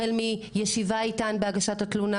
החל מישיבה איתן בהגשת התלונה,